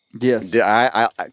Yes